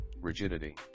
rigidity